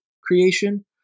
creation